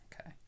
Okay